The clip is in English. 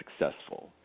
successful